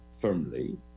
firmly